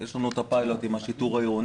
יש לנו את הפיילוט עם השיטור העירוני.